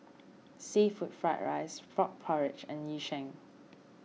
Seafood Fried Rice Frog Porridge and Yu Sheng